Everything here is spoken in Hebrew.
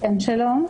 שלום.